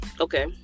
Okay